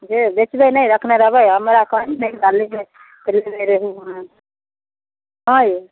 जे बेचबै नहि रखने रहबै हमरा कहली ने डालीमे रेहू माँछ आएँ यौ